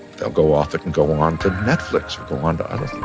they'll go off it and go onto netflix or go onto other things.